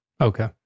Okay